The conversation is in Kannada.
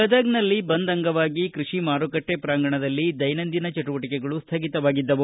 ಗದಗದಲ್ಲಿ ಬಂದ್ ಅಂಗವಾಗಿ ಕೃಷಿ ಮಾರುಕಟ್ಟೆ ಪ್ರಾಂಗಣದಲ್ಲಿ ದೈನಂದಿನ ಚಟುವಟಕೆಗಳು ಸ್ವಗಿತವಾಗಿದ್ಲವು